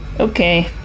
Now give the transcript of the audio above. Okay